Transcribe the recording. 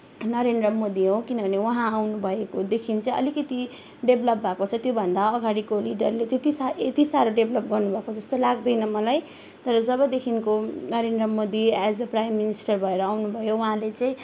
नरेन्द्र मोदी हो किनभने उहाँ आउनु भएकोदेखि चाहिँ अलिकति डेभलोप भएको छ त्योभन्दा अगाडिको लिडरले त्यति साह्रो यति साह्रो डेभलोप गर्नुभएको जस्तो लाग्दैन मलाई तर जबदेखिको Narendra Modi as a prime minister भएर आउनुभयो उहाँले चाहिँ